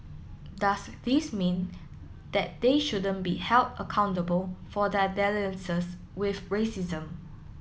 does this mean that they shouldn't be held accountable for their dalliances with racism